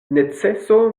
neceso